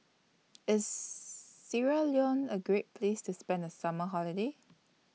IS Sierra Leone A Great Place to spend The Summer Holiday